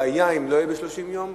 והיה אם לא יהיה ב-30 יום,